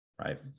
right